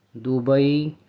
Dubai